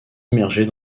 immergés